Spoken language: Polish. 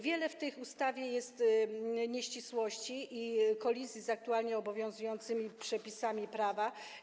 Wiele w tej ustawie jest nieścisłości i kolizji z aktualnie obowiązującymi przepisami prawa.